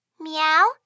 meow